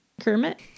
kermit